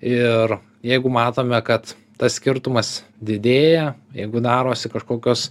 ir jeigu matome kad tas skirtumas didėja jeigu darosi kažkokios